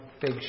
big